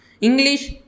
English